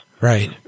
Right